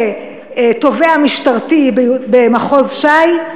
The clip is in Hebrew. תובע משטרתי במחוז ש"י.